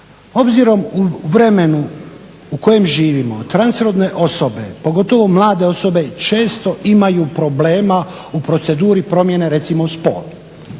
Obzirom u vremenu u kojem živimo, transrodne osobe, pogotovo mlade osobe često imaju problema u proceduri promijene recimo spola,